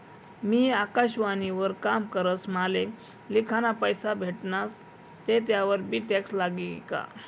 मी आकाशवाणी वर काम करस माले लिखाना पैसा भेटनात ते त्यावर बी टॅक्स लागी का?